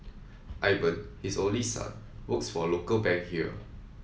Ivan his only son works for a local bank here